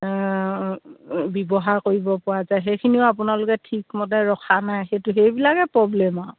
ব্যৱহাৰ কৰিব পৰা যায় সেইখিনিও আপোনালোকে ঠিকমতে ৰখা নাই সেইটো সেইবিলাকে প্ৰব্লেম আৰু